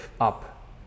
up